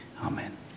Amen